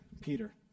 peter